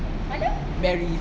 barry